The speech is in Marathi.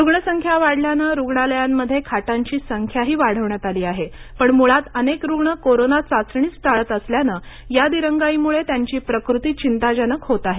रुग्ण संख्या वाढल्यानं रुग्णालयांमध्ये खाटांची संख्याही वाढविण्यात आली आहे पण मुळात अनेक रुग्ण कोरोना चाचणीच टाळत असल्यानं या दिरंगाईमुळे त्यांची प्रकृती चिंताजनक होत आहे